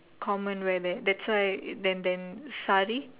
common wear there that's why then then saree